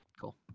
Cool